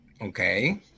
Okay